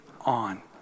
on